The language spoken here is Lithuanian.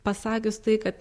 pasakius tai kad